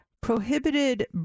Prohibited